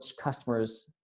customers